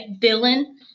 villain